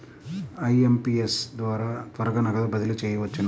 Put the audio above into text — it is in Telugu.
ఐ.ఎం.పీ.ఎస్ ద్వారా త్వరగా నగదు బదిలీ చేయవచ్చునా?